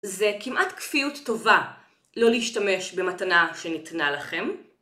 זה כמעט כפיות טובה לא להשתמש במתנה שניתנה לכם.